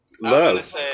Love